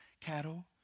cattle